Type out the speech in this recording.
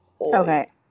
Okay